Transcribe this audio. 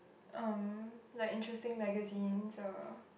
um like interesting magazines or